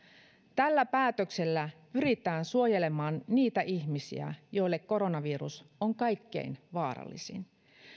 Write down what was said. tällä päätöksellä pyritään suojelemaan niitä ihmisiä joille koronavirus on kaikkein vaarallisin